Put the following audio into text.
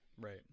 Right